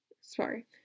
sorry